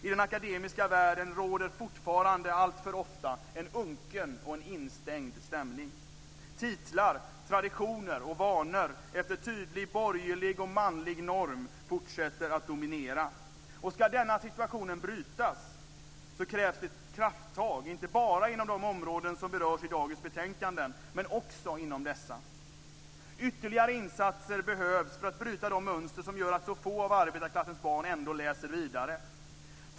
I den akademiska världen råder fortfarande alltför ofta en unken och instängd stämning. Titlar, traditioner och vanor efter tydlig borgerlig och manlig norm fortsätter att dominera. Ska denna situation brytas krävs krafttag, inte bara inom de områden som berörs i dagens betänkanden, men också inom dessa. Ytterligare insatser behövs för att bryta de mönster som gör att så få av arbetarklassens barn läser vidare.